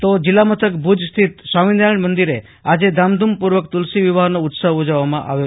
તો જીલ્લા મથક ભુજ સ્થિત સ્વામીનારાયણ મંદિરે આજે ધામધૂમપૂર્વક તુલસીવિવાહનો ઉત્સવ ઉજવવામાં આવ્યો